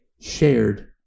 shared